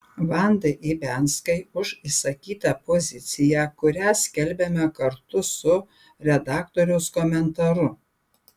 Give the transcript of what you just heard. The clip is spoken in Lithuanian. vandai ibianskai už išsakytą poziciją kurią skelbiame kartu su redaktoriaus komentaru